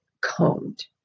combed